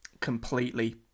completely